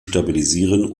stabilisieren